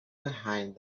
behind